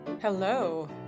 hello